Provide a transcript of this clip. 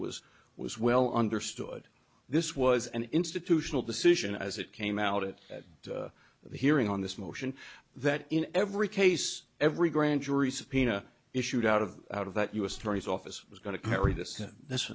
was was well understood this was an institutional decision as it came out it at the hearing on this motion that in every case every grand jury subpoena issued out of out of that u s attorney's office was going to carry this this